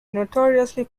notoriously